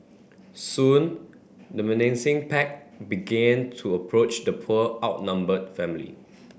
soon the menacing pack began to approach the poor outnumbered family